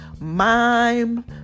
mime